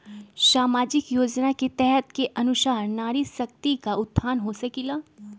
सामाजिक योजना के तहत के अनुशार नारी शकति का उत्थान हो सकील?